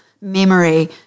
memory